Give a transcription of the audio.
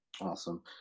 awesome